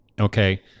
Okay